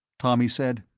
tommy said,